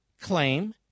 claim